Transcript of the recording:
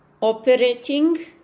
operating